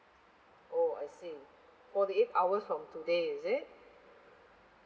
oh I see forty eight hours from today is it